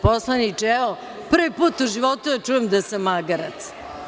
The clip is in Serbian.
Poslaniče, prvi put u životu da čujem da sam magarac.